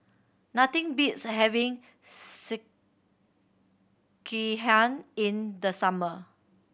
nothing beats having Sekihan in the summer